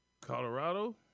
Colorado